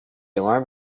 alarm